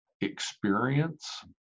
experience